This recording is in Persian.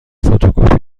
فتوکپی